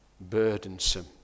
burdensome